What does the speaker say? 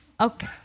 Okay